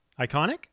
Iconic